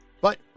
But-